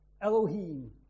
Elohim